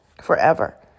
forever